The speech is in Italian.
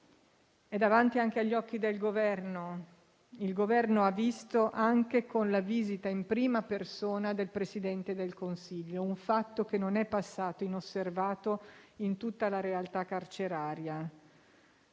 davanti agli occhi del Governo, che ha visto, anche con la visita in prima persona del Presidente del Consiglio, un fatto che non è passato inosservato in tutta la realtà carceraria.